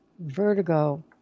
vertigo